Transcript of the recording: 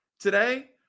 today